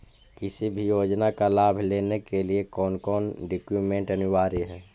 किसी भी योजना का लाभ लेने के लिए कोन कोन डॉक्यूमेंट अनिवार्य है?